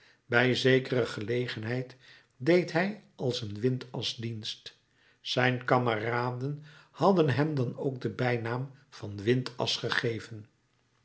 bij zekere gelegenheid deed hij als een windas dienst zijn kameraden hadden hem dan ook den bijnaam van windas gegeven